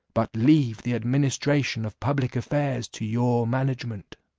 but leave the administration of public affairs to your management.